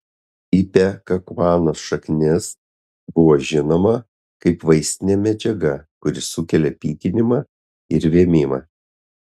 ipekakuanos šaknis buvo žinoma kaip vaistinė medžiaga kuri sukelia pykinimą ir vėmimą